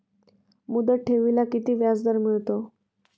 मुदत ठेवीला किती व्याजदर मिळतो?